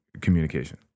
communication